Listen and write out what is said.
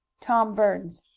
tom burns.